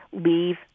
Leave